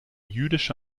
jüdische